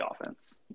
offense